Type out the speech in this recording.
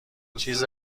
چیز